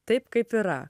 taip kaip yra